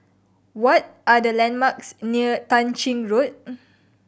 what are the landmarks near Tah Ching Road